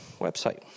website